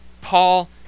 Paul